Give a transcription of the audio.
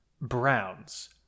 Browns